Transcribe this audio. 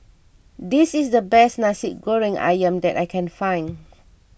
this is the best Nasi Goreng Ayam that I can find